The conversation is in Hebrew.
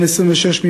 בן 26,